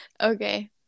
Okay